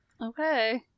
Okay